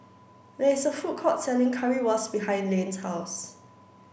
there is a food court selling Currywurst behind Layne's house